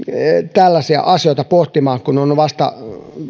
tällaisia asioita pohtimaan kun on vasta